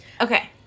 Okay